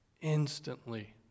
Instantly